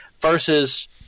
Versus